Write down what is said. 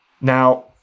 Now